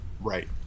right